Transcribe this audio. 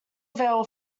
veil